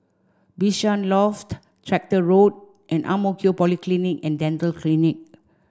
Bishan Loft Tractor Road and Ang Mo Kio Polyclinic and Dental Clinic